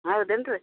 ಹೌದೇನು ರೀ